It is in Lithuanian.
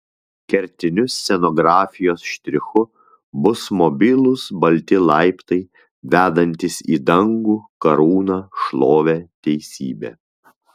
kertiniu scenografijos štrichu bus mobilūs balti laiptai vedantys į dangų karūną šlovę teisybę